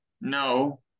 No